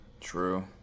True